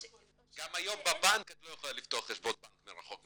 גם היום בבנק את לא יכולה לפתוח חשבון בנק מרחוק,